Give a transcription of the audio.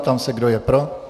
Ptám se, kdo je pro.